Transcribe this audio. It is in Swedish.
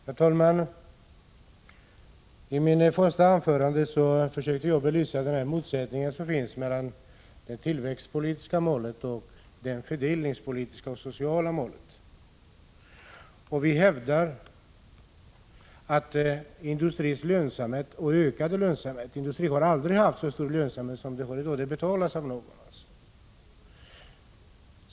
Herr talman! I mitt första anförande försökte jag belysa den motsättning som finns mellan det tillväxtpolitiska målet och de fördelningspolitiska och sociala målen. Vpk hävdar att industrins ökade lönsamhet — industrin har aldrig haft en så hög lönsamhet som i dag — måste betalas av någon.